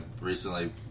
recently